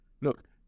look